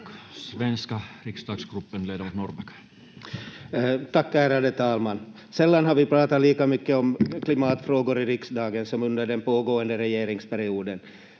ilmastossa Time: 14:24 Content: Tack, ärade talman! Sällan har vi pratat lika mycket om klimatfrågor i riksdagen som under den pågående regeringsperioden.